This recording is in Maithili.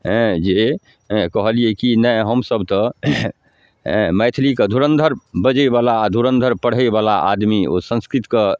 हेँ जे कहलिए कि नहि हमसभ तऽ हेँ मैथिलीके धुरन्धर बजैवला धुरन्धर पढ़ैवला आदमी ओ संस्कृतके